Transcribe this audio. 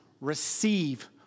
receive